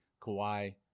Kawhi